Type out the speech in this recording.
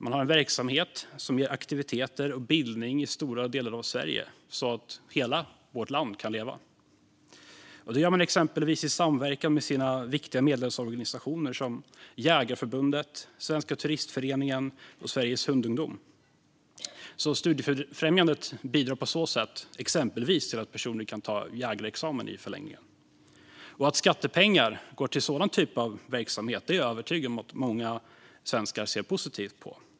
Man har verksamhet som ger aktiviteter och bildning i stora delar av Sverige, så att hela vårt land kan leva. Detta gör man exempelvis i samverkan med sina viktiga medlemsorganisationer, som Jägareförbundet, Svenska Turistföreningen och Sveriges Hundungdom. Studiefrämjandet bidrar på så sätt exempelvis till att personer kan ta jägarexamen i förlängningen. Att skattepengar går till sådan typ av verksamhet är jag övertygad om att många svenskar ser positivt på.